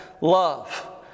love